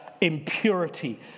impurity